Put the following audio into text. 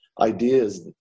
ideas